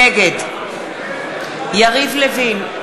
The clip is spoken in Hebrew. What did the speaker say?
נגד יריב לוין,